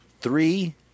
three